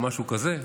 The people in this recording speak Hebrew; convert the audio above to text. או משהו כזה.